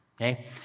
okay